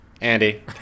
Andy